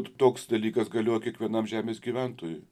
toks dalykas galioja kiekvienam žemės gyventojui